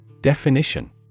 Definition